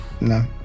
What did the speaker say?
no